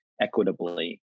equitably